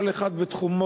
כל אחד בתחומו,